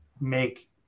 make